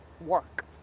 work